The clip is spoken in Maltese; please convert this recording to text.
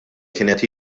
kienet